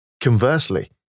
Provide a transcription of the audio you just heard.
Conversely